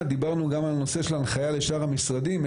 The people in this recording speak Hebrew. דיברנו גם על נושא של הנחיה לשאר המשרדים,